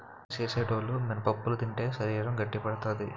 పని సేసేటోలు మినపప్పులు తింటే శరీరం గట్టిపడతాది